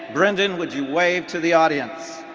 brendan would you wave to the audience.